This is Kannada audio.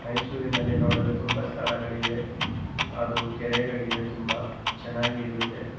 ಮೈಸೂರಿನಲ್ಲಿ ನೋಡಲು ತುಂಬ ಸ್ಥಳಗಳಿವೆ ಅದು ಕೆರೆಗಳಿವೆ ತುಂಬ ಚೆನ್ನಾಗಿ ಇರುತ್ತೆ